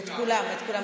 את כולם, את כולם.